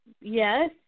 Yes